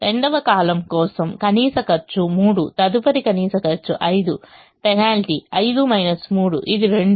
రెండవ కాలమ్ కోసం కనీస ఖర్చు 3 తదుపరి కనీస ఖర్చు 5 పెనాల్టీ 5 3 ఇది 2